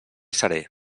seré